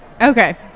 Okay